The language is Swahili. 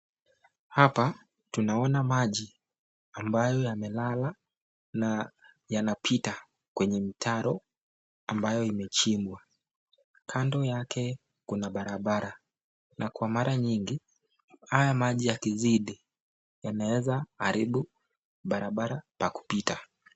Hapa tunaona maji ambayo yamelala na yanapita kwenye mtaro ambayo imechimbwa. Kando yake kuna barabara. Na kwa mara nyingi haya maji yakizidi yanaweza haribu barabara pa kupita.